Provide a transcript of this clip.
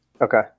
Okay